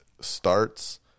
starts